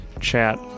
chat